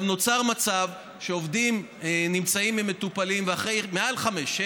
נוצר מצב שעובדים נמצאים עם מטופלים מעל חמש שנים,